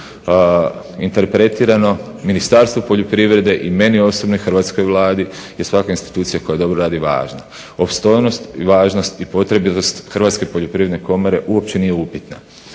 interpretirano. Ministarstvo poljoprivrede i meni osobno i hrvatskoj Vladi je svaka institucija koja dobro radi važna. Opstojnost i važnost i potrebitost Hrvatske poljoprivredne komore uopće nije upitan.